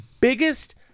biggest